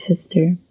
sister